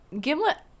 Gimlet